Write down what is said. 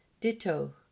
Ditto